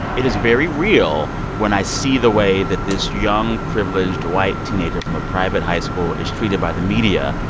it is very real when i see the way that this young, privileged white teenager from a private high school is treated by the media,